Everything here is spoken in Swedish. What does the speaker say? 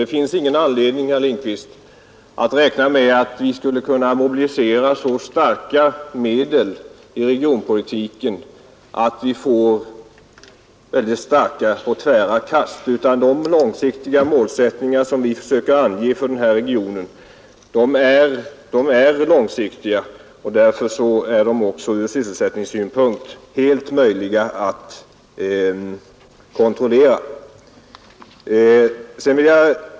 Det finns ingen anledning, herr Lindkvist, att räkna med att vi plötsligt skulle mobilisera så starka medel i regionpolitiken att vi får väldigt starka och tvära kast, utan de befolkningsmässiga målsättningar som vi försöker ange för den här regionen är långsiktiga, och därför är de också helt möjliga att kontrollera.